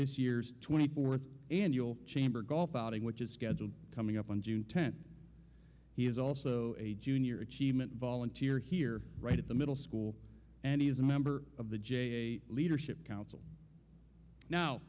this year's twenty fourth annual chamber golf outing which is scheduled coming up on june tenth he is also a junior achievement volunteer here right at the middle school and he is a member of the j leadership council now